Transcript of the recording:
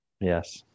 yes